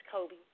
Kobe